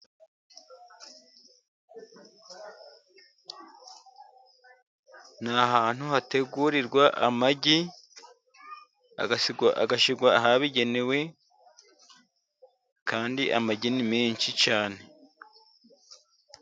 Ni ahantu hategurirwa amagi agashyirwa ahabigenewe, kandi amagi ni menshi cyane.